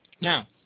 now